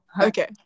Okay